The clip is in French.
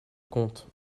comte